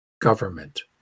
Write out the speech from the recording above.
government